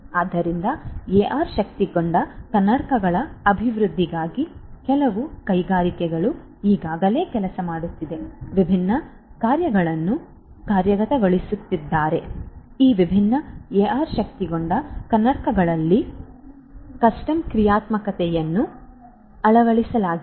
ಆದ್ದರಿಂದ ಎಆರ್ ಶಕ್ತಗೊಂಡ ಕನ್ನಡಕಗಳ ಅಭಿವೃದ್ಧಿಗೆ ಕೆಲವು ಕೈಗಾರಿಕೆಗಳು ಈಗಾಗಲೇ ಕೆಲಸ ಮಾಡುತ್ತಿದ್ದಾರೆ ವಿಭಿನ್ನ ಕಾರ್ಯಗಳನ್ನು ಕಾರ್ಯಗತಗೊಳಿಸುತ್ತಿದ್ದಾರೆ ಈ ವಿಭಿನ್ನ ಎಆರ್ ಶಕ್ತಗೊಂಡ ಕನ್ನಡಕಗಳಲ್ಲಿ ಕಸ್ಟಮ್ ಕ್ರಿಯಾತ್ಮಕತೆಯನ್ನು ಅಳವಡಿಸಲಾಗಿದೆ